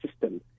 system